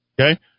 okay